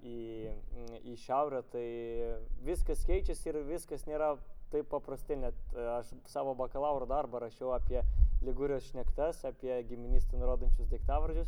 į į šiaurę tai viskas keičiasi ir viskas nėra taip paprastai net aš savo bakalauro darbą rašiau apie ligūrijos šnektas apie giminystę nurodančius daiktavardžius